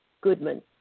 Goodman